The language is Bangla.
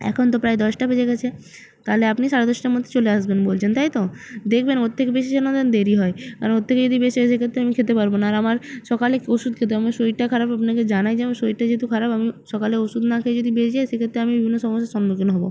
এখন তো প্রায় দশটা বেজে গেছে তাহলে আপনি সাড়ে দশটার মধ্যে চলে আসবেন বলছেন তাই তো দেখবেন ওর থেকে বেশি যেন না দেরি হয় কারণ ওর থেকে যদি বেশি হয় সেক্ষেত্রে আমি খেতে পারবো না আর আমার সকালে ওষুধ খেতে হবে আমার শরীরটা খারাপ আপনাকে জানাই যে আমার শরীরটা যেহেতু খারাপ আমি সকালে ওষুধ না খেয়ে যদি বেড়িয়ে যাই সে ক্ষেত্রে আমি বিভিন্ন সমস্যার সম্মুখীন হবো